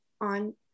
on